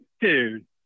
dude